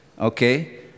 Okay